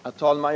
Herr talman!